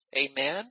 Amen